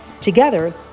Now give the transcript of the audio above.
Together